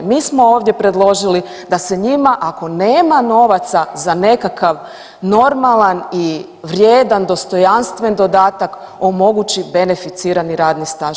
Mi smo ovdje predložili da se njima ako nema novaca za nekakav normalan i vrijedan, dostojanstven dodatak omogući beneficirani radni staž.